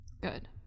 Good